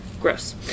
Gross